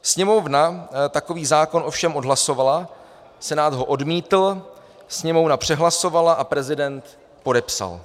Sněmovna takový zákon ovšem odhlasovala, Senát ho odmítl, Sněmovna přehlasovala a prezident podepsal.